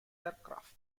aircraft